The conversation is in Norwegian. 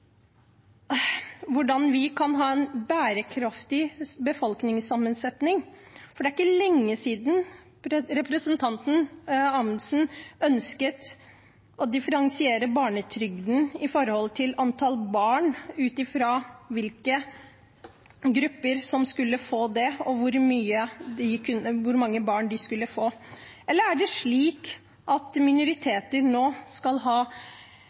hvordan vi kan få en bærekraftig befolkningssammensetning? For det er ikke lenge siden representanten Amundsen ønsket å differensiere barnetrygden etter antall barn, og hvilke grupper som skulle få det, og hvor mange barn de skulle få barnetrygd for. Eller er det slik at minoriteter nå skal ha